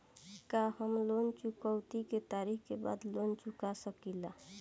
का हम लोन चुकौती के तारीख के बाद लोन चूका सकेला?